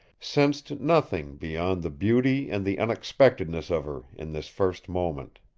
sensed nothing beyond the beauty and the unexpectedness of her in this first moment.